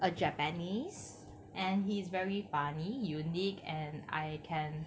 a japanese and he is very funny unique and I can